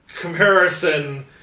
comparison